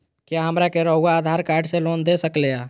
क्या हमरा के रहुआ आधार कार्ड से लोन दे सकेला?